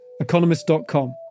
economist.com